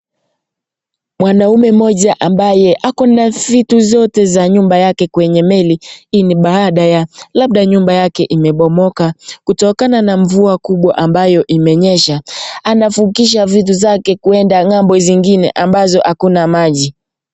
Mwanaume mmoja ambaye ako na vitu zote kwenye meli hii ni baada ya labda nyumba yake imebomoka kutokana na mvua kubwa ambayo imenyesha. Anavukisha vitu zake kwenda ng'ambo zingine ambazo hakuna maji.